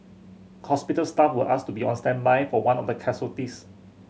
hospital staff were asked to be on standby for one of the casualties